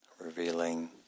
revealing